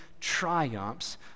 triumphs